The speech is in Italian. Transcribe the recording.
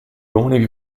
uomini